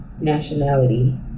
nationality